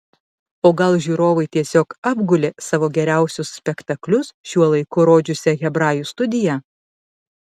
o gal žiūrovai tiesiog apgulė savo geriausius spektaklius šiuo laiku rodžiusią hebrajų studiją